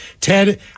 Ted